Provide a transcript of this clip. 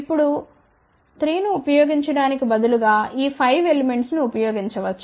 ఇప్పుడు 3 ను ఉపయోగించటానికి బదులుగా ఈ 5 ఎలిమెంట్స్ ను ఉపయోగించవచ్చు